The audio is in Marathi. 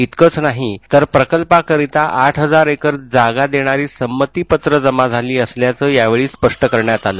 इतकंच नाही तर प्रकल्पाकरिता आठ हजार एकर जागा देणारी संमतीपत्रं जमा झाली असल्याचं यावेळी स्पष्ट करण्यात आलं